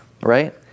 right